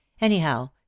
Anyhow